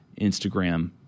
Instagram